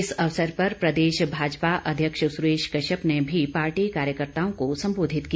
इस अवसर पर प्रदेश भाजपा अध्यक्ष सुरेश कश्यप ने भी पार्टी कार्यकर्ताओं को संबोधित किया